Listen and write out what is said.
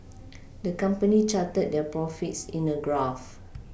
the company charted their profits in a graph